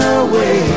away